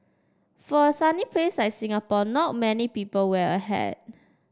for a sunny place like Singapore not many people wear a hat